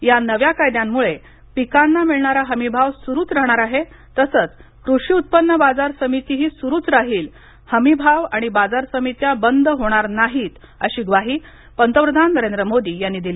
या नव्या कायद्यांमुळे पिकांना मिळणारा हमीभाव सुरूच राहणार आहे तसंच कृषी उत्पन्न बाजार समितीही सुरूच राहील हमी भाव आणि बाजार समित्या बंद होणार नाहीत अशी ग्वाही पंतप्रधान नरेंद्र मोदी यांनी दिली